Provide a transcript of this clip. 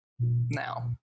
now